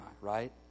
right